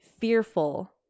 fearful